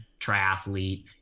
triathlete